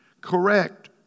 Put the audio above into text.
correct